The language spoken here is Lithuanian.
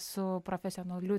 su profesionaliu